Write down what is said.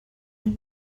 and